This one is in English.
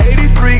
83